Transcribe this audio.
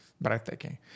Breathtaking